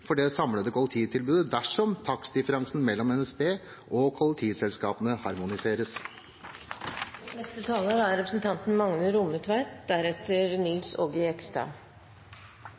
for det samlede kollektivtilbudet dersom takstdifferansen mellom NSB og kollektivselskapene